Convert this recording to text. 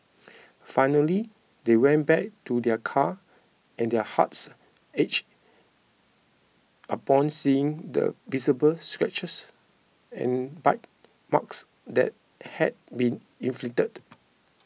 finally they went back to their car and their hearts ached upon seeing the visible scratches and bite marks that had been inflicted